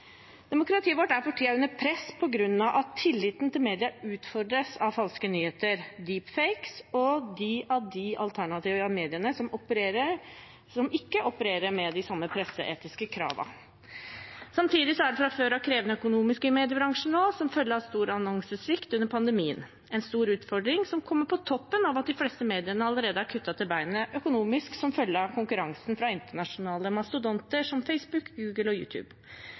demokratiet vårt er for tiden under press fordi tilliten til media utfordres av falske nyheter, «deepfakes» og de av de alternative mediene som ikke opererer med de samme presseetiske kravene. Samtidig er det fra før av krevende økonomisk i mediebransjen nå, som følge av stor annonsesvikt under pandemien, en stor utfordring som kommer på toppen av at de fleste mediene allerede er kuttet til beinet økonomisk som følge av konkurransen fra internasjonale mastodonter som Facebook, Google og